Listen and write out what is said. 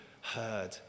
heard